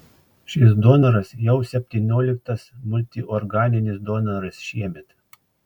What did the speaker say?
šis donoras jau septynioliktas multiorganinis donoras šiemet